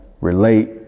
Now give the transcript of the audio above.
relate